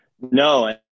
No